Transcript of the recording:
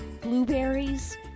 blueberries